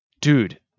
Dude